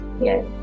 yes